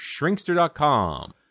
shrinkster.com